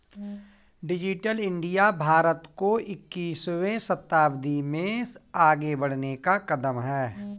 digital India Bharat को इक्कीसवें शताब्दी में आगे बढ़ने का कदम है